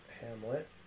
Hamlet